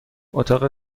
اتاق